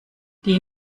die